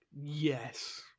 Yes